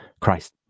Christ